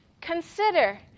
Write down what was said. consider